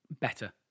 better